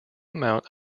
amount